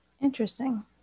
Interesting